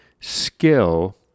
skill